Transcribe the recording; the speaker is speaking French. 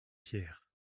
pierre